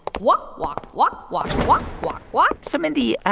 walk, walk, walk, walk, walk, walk, walk so, mindy,